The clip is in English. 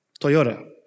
Toyota